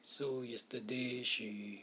so yesterday she